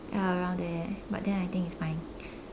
ya around there but then I think it's fine